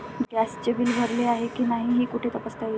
गॅसचे बिल भरले आहे की नाही हे कुठे तपासता येईल?